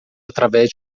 através